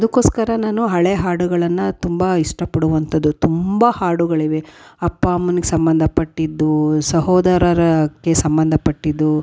ಅದುಕ್ಕೋಸ್ಕರ ನಾನು ಹಳೆಯ ಹಾಡುಗಳನ್ನು ತುಂಬ ಇಷ್ಟಪಡುವಂಥದ್ದು ತುಂಬ ಹಾಡುಗಳಿವೆ ಅಪ್ಪ ಅಮ್ಮನ್ಗೆ ಸಂಬಂಧ ಪಟ್ಟಿದ್ದು ಸಹೋದರರಿಗೆ ಸಂಬಂಧ ಪಟ್ಟಿದ್ದು